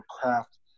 craft